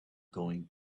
going